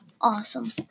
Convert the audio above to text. awesome